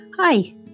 Hi